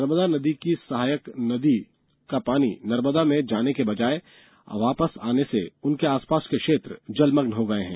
नर्मदा नदी की सहायक नदियों का पानी नर्मदा में जाने के बजाय वापस आने से उनके आसपास के क्षेत्र जलमग्न हो गए हैं